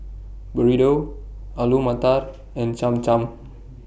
Burrito Alu Matar and Cham Cham